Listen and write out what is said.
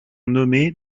nommés